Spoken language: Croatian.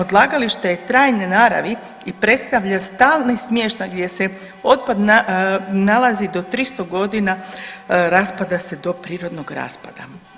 Odlagalište je trajne naravi i predstavlja stalni smještaj gdje se otpad nalazi do 300 godina raspada se do prirodnog raspada.